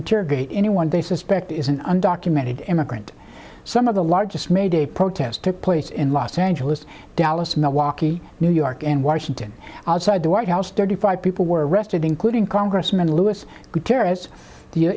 interrogate anyone they suspect is an undocumented immigrant some of the largest may day protests took place in los angeles dallas milwaukee new york and washington outside the white house thirty five people were arrested including congressman lewis